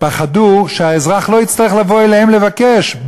פחדו שהאזרח לא יצטרך לבוא אליהם לבקש,